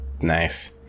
Nice